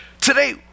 Today